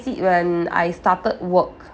it when I started work